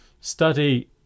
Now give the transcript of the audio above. study